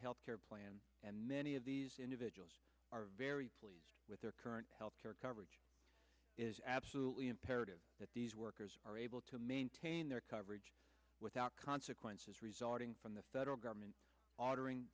health care plan and many of these individuals are very pleased with their current health care coverage is absolutely imperative that these workers are able to maintain their coverage without consequences resulting from the federal government